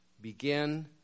begin